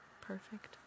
perfect